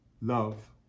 love